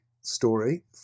story